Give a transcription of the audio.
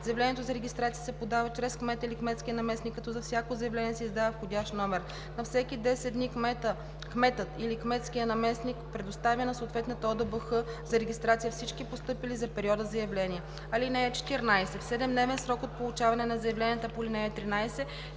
Заявлението за регистрация се подава чрез кмета или кметския наместник, като за всяко заявление се издава входящ номер. На всеки 10 дни кметът или кметският наместник предоставя на съответната ОДБХ за регистрация всички постъпили за периода заявления. (14) В 7-дневен срок от получаване на заявленията по ал. 13